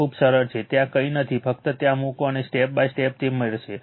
આ ખૂબ જ સરળ છે ત્યાં કંઈ નથી ફક્ત ત્યાં મૂકો અને સ્ટેપ બાય સ્ટેપ તે મળશે